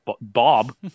Bob